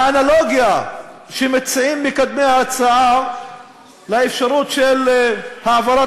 האנלוגיה שמציעים מקדמי ההצעה לאפשרות של העברה